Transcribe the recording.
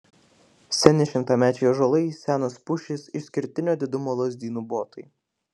seni šimtamečiai ąžuolai senos pušys išskirtinio didumo lazdynų botai